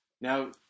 Now